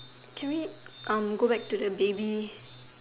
can we erm go back to the baby